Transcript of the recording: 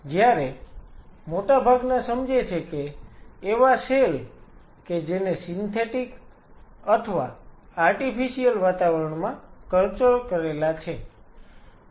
જયારે મોટાભાગના સમજે છે કે એવા સેલ કે જેને સિન્થેટિક અથવા આર્ટીફીસીયલ વાતાવરણમાં કલ્ચર કરેલા છે